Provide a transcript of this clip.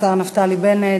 השר נפתלי בנט,